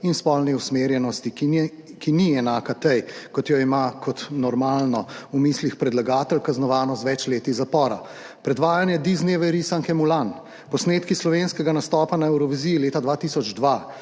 in spolni usmerjenosti, ki ni enaka tej, kot jo ima kot normalno v mislih predlagatelj, kaznovano z več leti zapora. Predvajanje Disneyjeve risanke Mulan, posnetki slovenskega nastopa na Evroviziji leta 2002